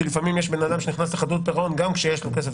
כי לפעמים יש בן אדם שנכנס לחדלות פירעון גם כשיש לו כסף,